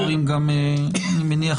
אני מבקש